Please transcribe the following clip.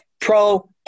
pro